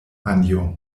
anjo